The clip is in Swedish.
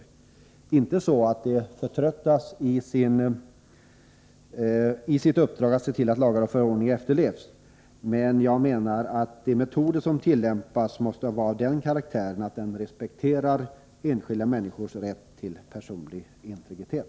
De skall naturligtvis inte förtröttas i sina strävanden att se till att lagar och förordningar efterlevs, men vid utformningen av de metoder som tillämpas måste man visa respekt för människors rätt till personlig integritet.